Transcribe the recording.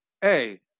Hey